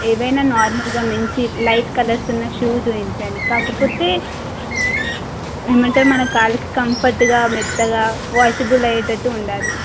ఏదైనా నార్మల్గా మంచి లైట్ కలర్స్ ఉన్న షూస్ చూపించండి కాకపోతే ఏమంటారు మన కాలికి కంఫర్ట్గా మెత్తగా వాషెబుల్ అయ్యేటట్టు ఉండాలి